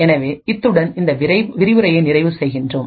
எனவே இத்துடன் இந்த விரிவுரையை நிறைவு செய்கின்றோம்